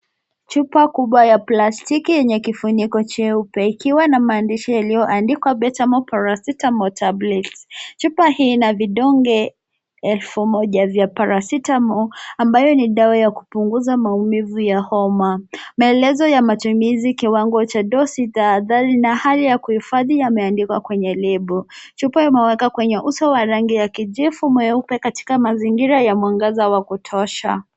Chupa kubwa ya plastiki yenye kifuniko cheupe ikiwa na maandishi yaliyoandikwa Betamol Paracetamol Tablet. Chupa hii ina vidonge 1000 vya paracetamol ambayo ni dawa ya kupunguza maumivu ya homa. Maelezo ya matumizi kiwango cha dosi tahadhari na hali ya kuhifadhi yameandikwa kwenye lebo. Chupa imewekwa kwenye uso wa rangi ya kijivu mweupe katika mazingira ya mwangaza wa kutosha.